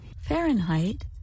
Fahrenheit